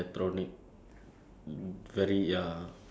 I used to love it a lot but then now